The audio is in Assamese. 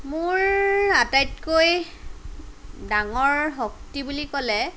মোৰ আটাইতকৈ ডাঙৰ শক্তি বুলি ক'লে